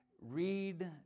read